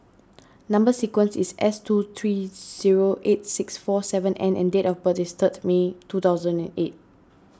Number Sequence is S two three zero eight six four seven N and date of birth is third May two thousand and eight